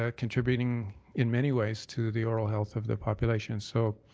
ah contributing in many ways to the oral health of the population. so,